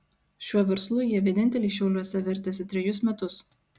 šiuo verslu jie vieninteliai šiauliuose vertėsi trejus metus